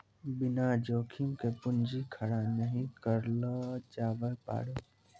बिना जोखिम के पूंजी खड़ा नहि करलो जावै पारै